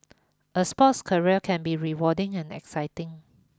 a sports career can be rewarding and exciting